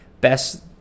best